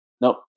nope